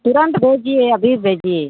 तुरंत भेजिए अभी भेजिए